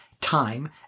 time